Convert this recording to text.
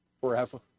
forever